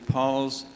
Paul's